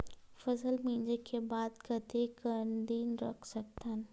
फसल मिंजे के बाद कतेक दिन रख सकथन?